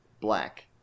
black